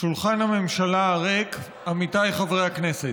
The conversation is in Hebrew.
שולחן הממשלה הריק, עמיתיי חברי הכנסת,